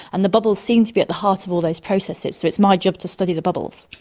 and the bubbles seem to be at the heart of all those processes, so it's my job to study the bubbles.